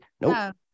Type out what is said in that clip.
Nope